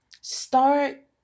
Start